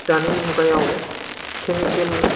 दानि मुगायाव केमिकेल